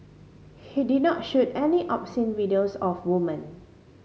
he did not shoot any obscene videos of woman